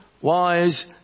wise